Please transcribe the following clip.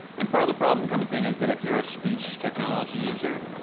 and part of the problem comes in is that if you're a speech technology user,